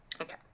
Okay